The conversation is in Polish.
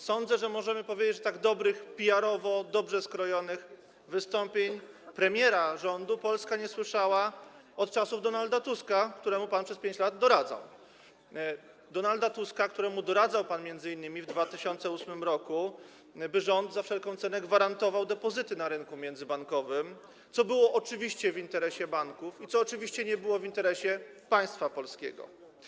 Sądzę, że możemy powiedzieć, że tak dobrych PR-owo, dobrze skrojonych wystąpień premiera rządu Polska nie słyszała od czasów Donalda Tuska, któremu pan doradzał przez 5 lat, Donalda Tuska, któremu doradzał pan m.in. w 2008 r., by rząd za wszelką cenę gwarantował depozyty na rynku międzybankowym, co było oczywiście w interesie banków i co oczywiście nie było w interesie państwa polskiego.